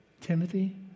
Timothy